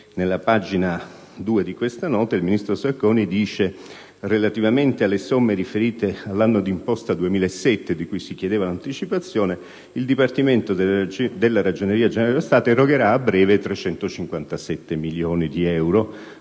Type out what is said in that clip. Alla pagina 2 di tale nota, il ministro Sacconi scrive: «Relativamente alle somme riferite all'anno d'imposta 2007, di cui si chiedeva l'anticipazione, il Dipartimento della Ragioneria generale dello Stato erogherà, a breve, 357 milioni di euro,